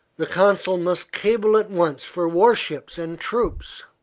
the consul must cable at once for war-ships and troops.